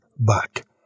back